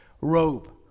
robe